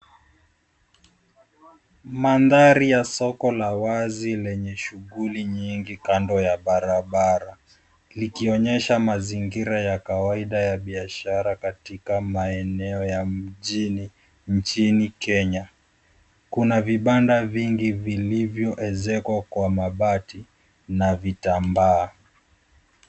Mandhari ya soko la wazi lenye shughuli nyingi kando ya barabara likionyesha mazingira ya kawaida ya biashara katika maeneo ya mjini nchini Kenya. Kuna vibanda vingi vilivyoezekwa kwa mabati na vitambaa.